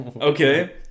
Okay